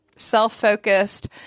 self-focused